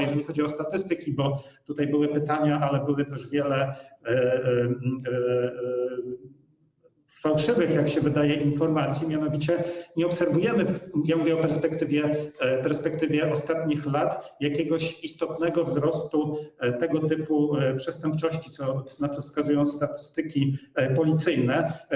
Jeżeli chodzi o statystyki, bo tutaj były pytania, ale było też wiele fałszywych, jak się wydaje, informacji, to nie obserwujemy - mówię o perspektywie ostatnich lat - jakiegoś istotnego wzrostu tego typu przestępczości, na co wskazują statystyki policyjne.